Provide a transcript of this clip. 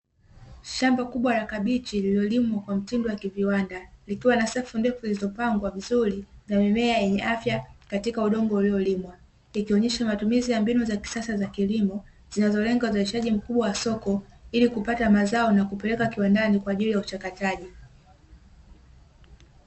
Shamba kubwa la kabichi lililolimwa kwa mfumo wa viwanda likiwa na safu ndefu zilizopangwa vizuri na mimea yenye afya katika udongo uliolimwa, ikionyesha mbinu za kisasa za kilimo uzalishaji mkubwa wa soko ili kupata mazao na kupeleka kiwandani kwa ajili ya uchakataji.